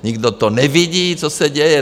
Nikdo nevidí, co se děje?